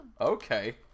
Okay